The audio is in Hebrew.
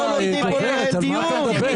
איך אפשר לבקש אישור, הם בחוץ ואתה בפנים.